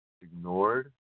ignored